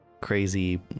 crazy